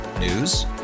News